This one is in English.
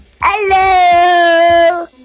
Hello